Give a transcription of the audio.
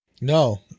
No